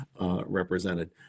represented